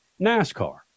NASCAR